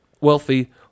wealthy